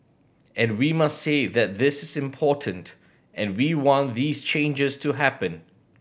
and we must say that this is important and we want these changes to happen